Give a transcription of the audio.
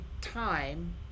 time